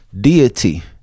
deity